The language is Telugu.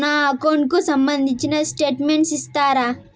నా అకౌంట్ కు సంబంధించిన స్టేట్మెంట్స్ ఇస్తారా